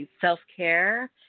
self-care